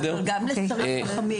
ממש בקצרה.